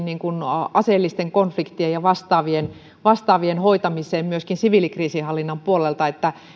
aseellisten konfliktien ja vastaavien vastaavien hoitamiseen myöskin siviilikriisinhallinnan puolella